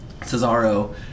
Cesaro